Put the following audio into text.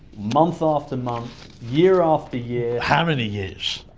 month after month. year after year. how many years?